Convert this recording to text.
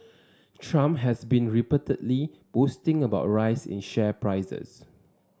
trump has been repeatedly boasting about rise in share prices